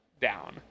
down